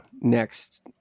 next